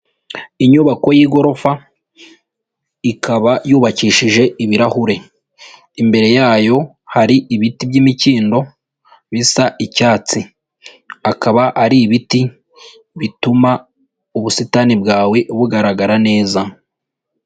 Inyubako y'igorofa ikaba yubakishije ibirahure imbere yayo hari ibiti by'imikindo bisa icyatsi akaba ari ibiti bituma ubusitani bwawe bugaragara neza.